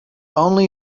only